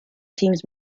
teams